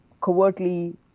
covertly